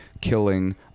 killing